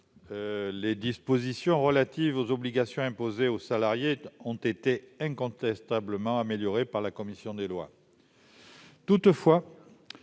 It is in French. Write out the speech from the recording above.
Les dispositions relatives aux obligations imposées aux salariés ont incontestablement été améliorées par la commission des lois.